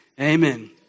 amen